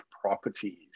properties